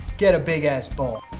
get a big ass bowl,